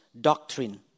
doctrine